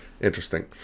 interesting